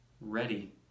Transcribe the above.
ready